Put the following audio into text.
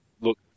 look